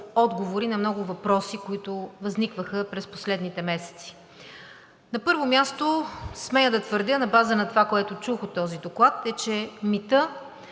на много въпроси, които възникваха през последните месеци. На първо място, смея да твърдя на база на това, което чух от този доклад, е, че митът